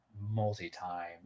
multi-time